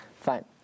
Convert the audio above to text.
fine